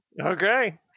Okay